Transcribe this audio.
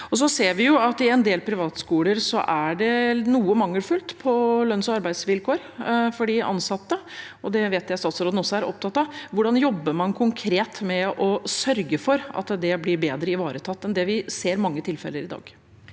en del privatskoler er det noe mangelfullt på lønns- og arbeidsvilkår for de ansatte, og det vet jeg statsråden også er opptatt av. Hvordan jobber man konkret med å sørge for at det blir bedre ivaretatt enn det vi ser i mange tilfeller i dag?